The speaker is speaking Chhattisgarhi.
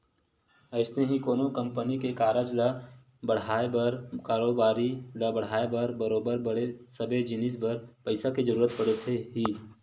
अइसने ही कोनो कंपनी के कारज ल बड़हाय बर कारोबारी ल बड़हाय बर बरोबर सबे जिनिस बर पइसा के जरुरत पड़थे ही